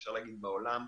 ואפשר להגיד בעולם,